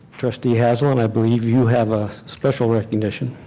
trustee haslund, i believe you have a special recognition?